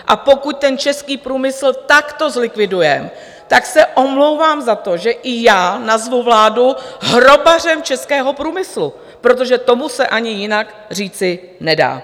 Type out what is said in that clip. A pokud ten český průmysl takto zlikvidujeme, tak se omlouvám za to, že i já nazvu vládu hrobařem českého průmyslu, protože tomu se ani jinak říci nedá.